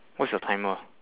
what's your timer